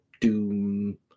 doom